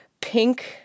pink